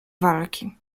walki